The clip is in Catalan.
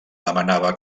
demanava